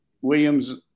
Williams